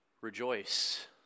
Rejoice